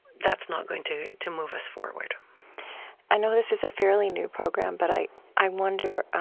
that's not going to to move us forward i know this is a fairly new program, but i i wonder,